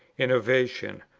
innovation,